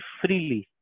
freely